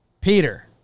Peter